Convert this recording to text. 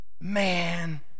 man